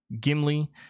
Gimli